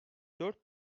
dört